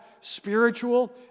spiritual